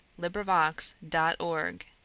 LibriVox.org